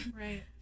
Right